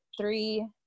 three